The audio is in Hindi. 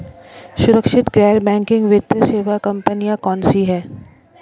सुरक्षित गैर बैंकिंग वित्त सेवा कंपनियां कौनसी हैं?